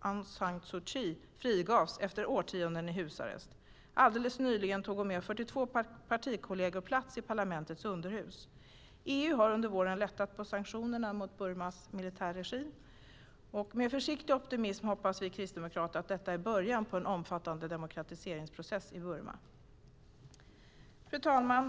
Aung San Suu Kyi frigavs efter årtionden i husarrest. Alldeles nyligen tog hon och 42 partikolleger plats i parlamentets underhus. EU har under våren lättat på sanktionerna mot Burmas militärregim. Med försiktig optimism hoppas vi kristdemokrater att detta är början på en omfattande demokratiseringsprocess i Burma. Fru talman!